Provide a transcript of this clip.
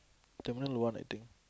terminal one I think